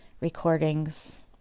recordings